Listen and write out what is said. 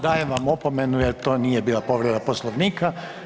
Dajem vam opomenu jer to nije bila povreda Poslovnika.